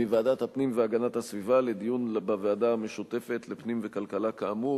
מוועדת הפנים והגנת הסביבה לדיון בוועדה המשותפת לפנים וכלכלה כאמור.